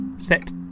Set